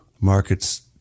markets